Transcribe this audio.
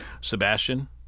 Sebastian